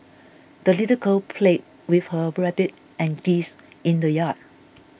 the little girl played with her rabbit and geese in the yard